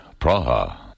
Praha